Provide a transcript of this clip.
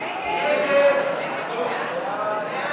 מי נגד?